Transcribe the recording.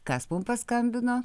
kas mum paskambino